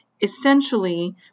Essentially